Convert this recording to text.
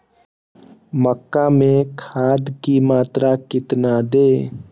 मक्का में खाद की मात्रा कितना दे?